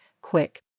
quick